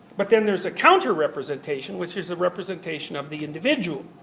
but then there's a counter-representation, which is a representation of the individual.